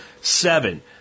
Seven